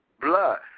Blood